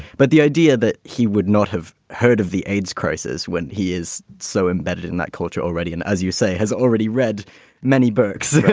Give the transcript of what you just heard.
but the idea that he would not have heard of the aids crisis when he is so embedded in that culture already and as you say, has already read many books,